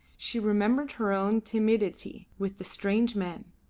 she remembered her own timidity with the strange men,